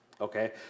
okay